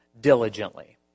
diligently